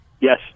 Yes